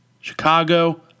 chicago